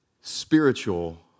spiritual